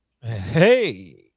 hey